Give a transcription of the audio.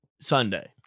Sunday